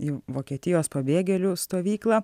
į vokietijos pabėgėlių stovyklą